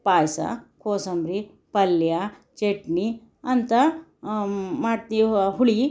ಪಾಯಸ ಕೋಸೊಂಬ್ರಿ ಪಲ್ಯ ಚಟ್ನಿ ಅಂತ ಮಾಡ್ತೀವಿ ಹುಳಿ